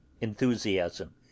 enthusiasm